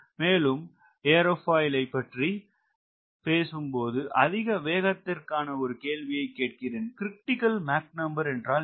மேலும் ஏரோபாயிலை பற்றி பேசும் போது அதிக வேகத்திற்காக ஒரு கேள்வியை கேட்கிறேன் க்ரிட்டிக்கல் மாக் நம்பர் என்றால் என்ன